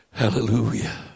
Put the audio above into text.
hallelujah